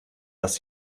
das